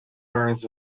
birds